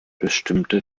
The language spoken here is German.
bestimmte